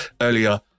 earlier